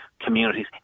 communities